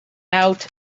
out